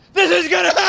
this is gonna